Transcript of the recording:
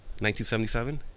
1977